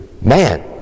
man